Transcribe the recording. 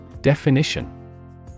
Definition